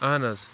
اہن حظ